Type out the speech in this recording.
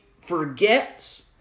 forgets